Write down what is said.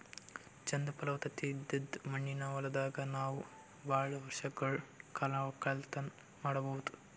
ಚಂದ್ ಫಲವತ್ತತೆ ಇದ್ದಿದ್ ಮಣ್ಣಿನ ಹೊಲದಾಗ್ ನಾವ್ ಭಾಳ್ ವರ್ಷಗಳ್ ಕಾಲ ವಕ್ಕಲತನ್ ಮಾಡಬಹುದ್